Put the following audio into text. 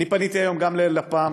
פניתי היום גם ללפ"מ,